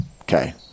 Okay